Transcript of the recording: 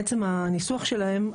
מעצם הניסוח שלהן,